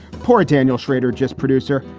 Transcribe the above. poor daniel shrader, just producer.